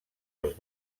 els